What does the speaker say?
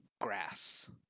grass